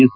S